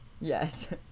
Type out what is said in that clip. yes